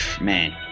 man